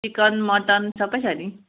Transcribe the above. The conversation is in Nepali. चिकन मटन सबै छ नि